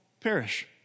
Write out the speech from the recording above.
perish